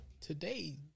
today